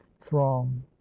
throng